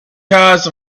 caused